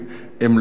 4. אם לא,